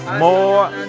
more